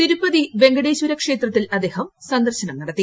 തിരുപ്പതി വെങ്കടേശ്വര ക്ഷേത്രത്തിൽ അദ്ദേഹം സന്ദർശനം നടത്തി